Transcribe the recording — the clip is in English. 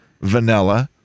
vanilla